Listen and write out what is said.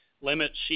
limits